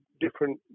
different